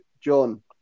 John